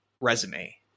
resume